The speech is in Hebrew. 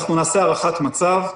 אנחנו נעשה הערכת מצב.